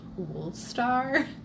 Wolfstar